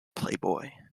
playboy